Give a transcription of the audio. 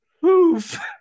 Poof